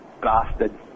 bastard